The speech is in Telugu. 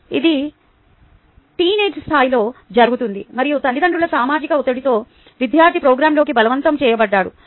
ఇది టీనేజ్ స్థాయిలో జరుగుతుంది మరియు తల్లిదండ్రుల సామాజిక ఒత్తిడితో విద్యార్థి ప్రోగ్రామ్లోకి బలవంతం చేయబడ్డాడు